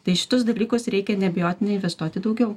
tai į šitus dalykus reikia neabejotinai investuoti daugiau